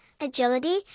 agility